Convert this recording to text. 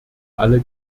alle